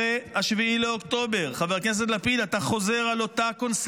היחידה, כמו שאמר בזמנו ראש הממשלה בגין, היא